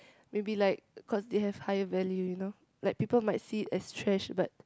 will be like cause they have higher value you know like people might see it as trash but